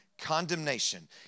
condemnation